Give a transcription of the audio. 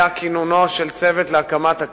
היתה כינונו של צוות להקמת הקרן.